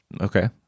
Okay